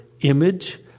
image